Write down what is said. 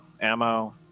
ammo